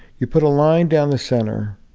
you put a line down the center.